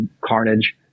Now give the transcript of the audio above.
carnage